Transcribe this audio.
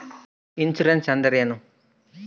Insurance ಅಂದ್ರೇನು?